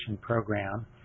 program